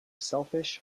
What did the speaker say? selfish